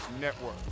Network